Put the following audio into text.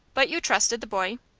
but you trusted the boy?